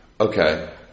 Okay